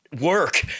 work